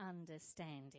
understanding